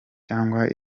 cyangwa